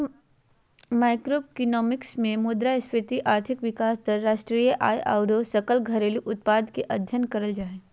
macroeconomics मे मुद्रास्फीति, आर्थिक विकास दर, राष्ट्रीय आय आरो सकल घरेलू उत्पाद के अध्ययन करल जा हय